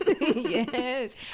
Yes